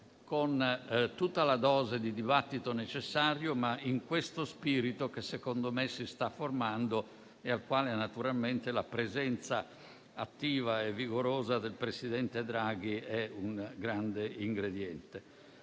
con tutta la dose di dibattito necessario, ma nello spirito che, secondo me, si sta formando e del quale naturalmente la presenza attiva e vigorosa del presidente Draghi è un importante ingrediente.